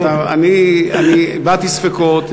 אני הבעתי ספקות,